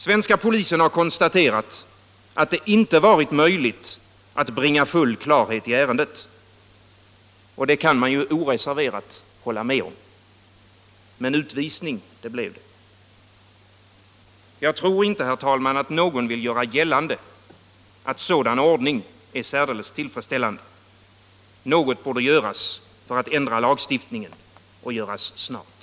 Svenska polisen har konstaterat att det inte har varit möjligt att bringa full klarhet i ärendet, och det kan man oreserverat hålla med om. Men utvisning blev det. Jag tror inte, herr talman, att någon vill göra gällande att en sådan ordning är särdeles tillfredsställande. Något borde göras för att ändra lagstiftningen — och göras snart!